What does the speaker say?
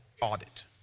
audit